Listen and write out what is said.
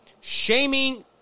shaming